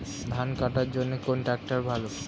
ধান কাটার জন্য কোন ট্রাক্টর ভালো?